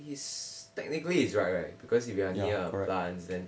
it's technically it's right right because if you are near a plants